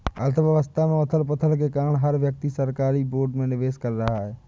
अर्थव्यवस्था में उथल पुथल के कारण हर व्यक्ति सरकारी बोर्ड में निवेश कर रहा है